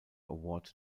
award